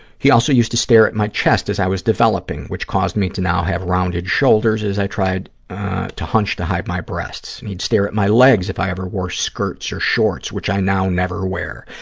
he also used to stare at my chest as i was developing, which caused me to now have rounded shoulders, as i tried to hunch to hide my breasts. and he'd stare at my legs if i ever wore skirts or shorts, which i now never wear.